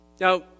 Now